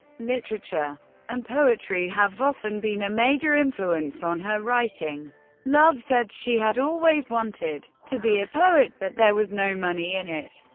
literature and poetry have often been a major influence on her writing love said she had always wanted to be a poet, but there was no money in it.